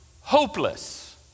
hopeless